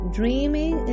dreaming